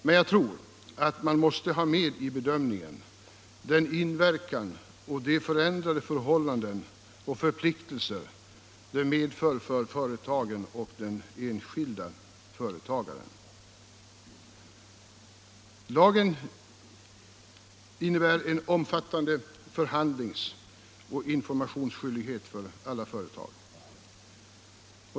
Men jag tror att man måste ha med i bedömningen den inverkan och de förändrade förhållanden och förpliktelser det medför för företagen och den enskilde företagaren. Lagen innebär en omfattande förhandlingsoch informationsskyldighet för alla företag.